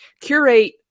curate